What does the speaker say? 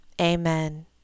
Amen